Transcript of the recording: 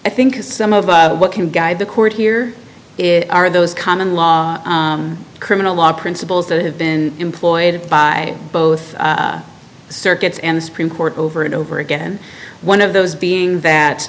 i think some of what can guide the court here is are those common law criminal law principles that have been employed by both circuits in the supreme court over and over again one of those being that